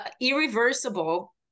irreversible